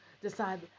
decide